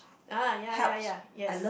ah ya ya ya yes